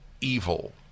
evil